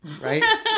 right